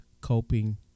coping